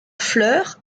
fleur